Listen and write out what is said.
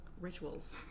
rituals